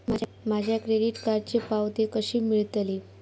माझ्या क्रेडीट कार्डची पावती कशी मिळतली?